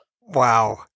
Wow